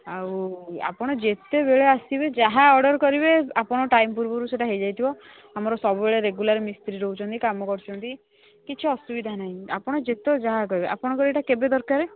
ଆଉ ଆପଣ ଯେତେବେଳେ ଆସିବେ ଯାହା ଅର୍ଡ଼ର୍ କରିବେ ଆପଣ ଟାଇମ୍ ପୂର୍ବରୁ ସେଇଟା ହେଇ ଯାଇଥିବ ଆମର ସବୁବେଳେ ରେଗୁଲାର୍ ମିସ୍ତ୍ରୀ ରହୁଛନ୍ତି କାମ କରୁଛନ୍ତି କିଛି ଅସୁବିଧା ନାହିଁ ଆପଣ ଯେତେ ଯାହା କରିବେ ଆପଣଙ୍କର ଏଇଟା କେବେ ଦରକାର